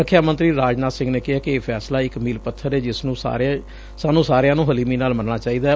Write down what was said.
ਰਖਿਆ ਮੰਤਰੀ ਰਾਜਨਾਥ ਸਿੰਘ ਨੇ ਕਿਹੈ ਕਿ ਇਹ ਫੈਸਲਾ ਇਕ ਮੀਲ ਪੱਬਰ ਏ ਜਿਸ ਨੁੰ ਸਾਨੁੰ ਸਾਰਿਆਂ ਨੂੰ ਹਲੀਮੀ ਨਾਲ ਮੰਨਣਾ ਚਾਹੀਦੈ